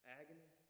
agony